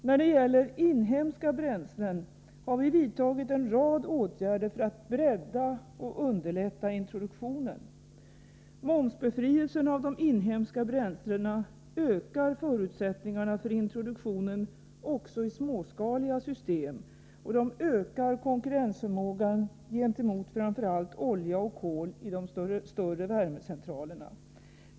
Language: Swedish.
När det gäller inhemska bränslen har vi vidtagit en rad åtgärder för att bredda och underlätta introduktionen. Momsbefrielsen av de inhemska bränslena ökar förutsättningarna för introduktionen också i småskaliga system, och den ökar konkurrensförmågan gentemot framför allt olja och kol i de större värmecentralerna.